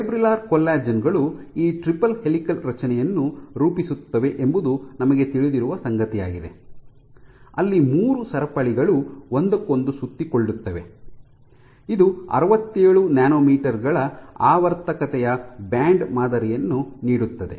fibrillar collagen ಗಳು ಈ triple helical ರಚನೆಯನ್ನು ರೂಪಿಸುತ್ತವೆ ಎಂಬುದು ನಮಗೆ ತಿಳಿದಿರುವ ಸಂಗತಿಯಾಗಿದೆ ಅಲ್ಲಿ ಮೂರು ಸರಪಳಿಗಳು ಒಂದಕ್ಕೊಂದು ಸುತ್ತಿಕೊಳ್ಳುತ್ತವೆ ಇದು ಅರವತ್ತೇಳು ನ್ಯಾನೊಮೀಟರ್ ಗಳ ಆವರ್ತಕತೆಯ ಬ್ಯಾಂಡ್ ಮಾದರಿಯನ್ನು ನೀಡುತ್ತದೆ